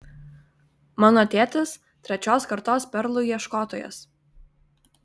mano tėtis trečios kartos perlų ieškotojas